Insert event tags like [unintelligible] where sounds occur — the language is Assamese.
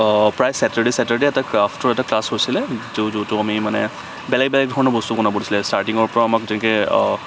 প্ৰায় ছেটাৰডে ছেটাৰডে এটা ক্ৰাফটৰ এটা ক্লাছ হৈছিলে য'ত [unintelligible] আমি মানে বেলেগ বেলেগ ধৰণৰ বস্তু বনাব দিছিলে ষ্টাৰ্টিংৰ পৰা আমাক যেনেকে